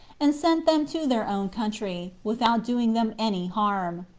and sent them to their own country, without doing them any harm.